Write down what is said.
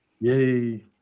Yay